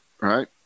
right